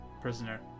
prisoner